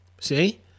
See